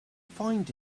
find